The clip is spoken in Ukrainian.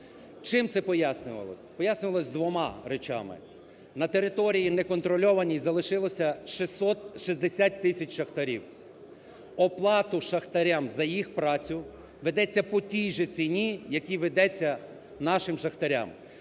Чим це пояснювалось? Пояснювалось двома речами. На території неконтрольованій залишилося 660 тисяч шахтарів. Оплата шахтарям за їх працю ведеться по тій же ціні, якій ведеться нашим шахтарям.